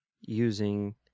using